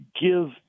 Give